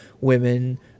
women